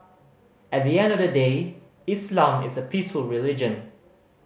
at the end of the day Islam is a peaceful religion